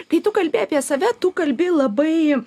kai tu kalbi apie save tu kalbi labai